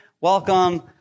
Welcome